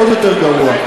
עוד יותר גרוע.